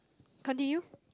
continue